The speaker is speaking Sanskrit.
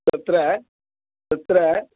तत्र तत्र